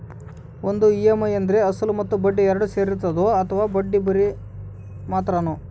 ಒಂದು ಇ.ಎಮ್.ಐ ಅಂದ್ರೆ ಅಸಲು ಮತ್ತೆ ಬಡ್ಡಿ ಎರಡು ಸೇರಿರ್ತದೋ ಅಥವಾ ಬರಿ ಬಡ್ಡಿ ಮಾತ್ರನೋ?